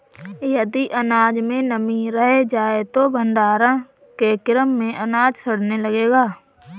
यदि अनाज में नमी रह जाए तो भण्डारण के क्रम में अनाज सड़ने लगेगा